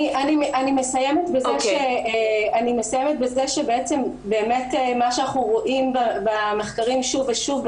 אני מסיימת בזה שבעצם מה שאנחנו רואים במחקרים שוב ושוב,